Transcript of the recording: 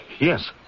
Yes